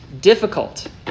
difficult